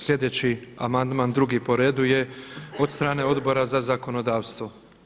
Sljedeći amandman, drugi po redu je od strane Odbora za zakonodavstvo.